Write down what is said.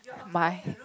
my